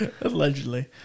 allegedly